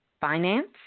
finance